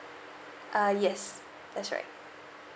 uh yes that's right